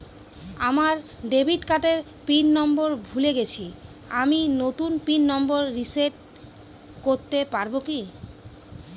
আমার ডেবিট কার্ডের pin number ভুলে গেছি আমি নূতন পিন নম্বর রিসেট করতে পারবো কি?